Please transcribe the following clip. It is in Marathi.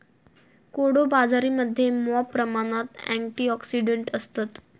कोडो बाजरीमध्ये मॉप प्रमाणात अँटिऑक्सिडंट्स असतत